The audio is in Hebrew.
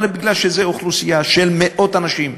אלא מפני שזאת אוכלוסייה של מאות אנשים,